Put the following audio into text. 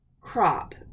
crop